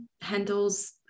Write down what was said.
handles